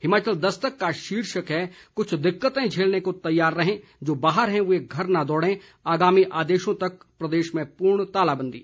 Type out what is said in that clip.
हिमाचल दस्तक का शीर्षक है कुछ दिक्कतें झेलने को तैयार रहें जो बाहर हैं वे घर न दौड़ें आगामी आदेशों तक प्रदेश में पूर्ण तालाबंदी